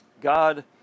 God